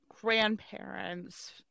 grandparents